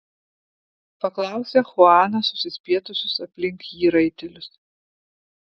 paklausė chuanas susispietusius aplink jį raitelius